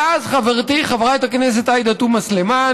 ואז חברתי חברת הכנסת עאידה תומא סלימאן